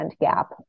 gap